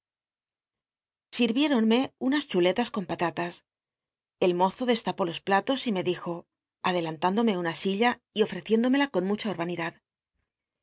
sil'iéronme unas chuletas con patatas el mozo destapó los platos y me dijo adclantündome una silla y ofreciéndomela con mucha